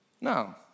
No